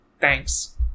Thanks